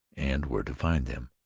and where to find them.